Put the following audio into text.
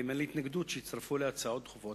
אם אין לי התנגדות שיצטרפו אליה הצעות דחופות.